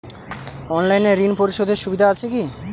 অনলাইনে ঋণ পরিশধের সুবিধা আছে কি?